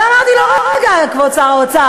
ותגידו לי אם הוא מבין על מה הוא מדבר,